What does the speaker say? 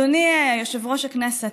אדוני יושב-ראש הכנסת,